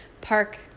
park